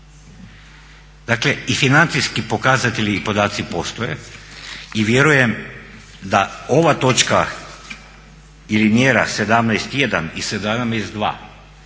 Dakle i financijski pokazatelji i podaci postoje i vjerujem da ova točka ili mjera 17.1 i 17.2